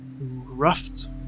roughed